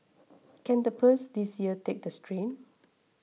can the purse this year take the strain